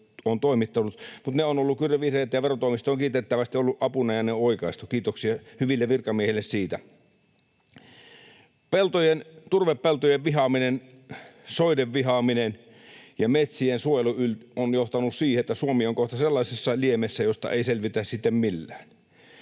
toimittanut. Ne ovat olleet kyllä virheitä, ja verotoimisto on kiitettävästi ollut apuna, ja ne on oikaistu — kiitoksia hyville virkamiehille siitä. Turvepeltojen vihaaminen, soiden vihaaminen ja metsien suojelu ovat johtaneet siihen, että Suomi on kohta sellaisessa liemessä, josta ei selvitä sitten millään.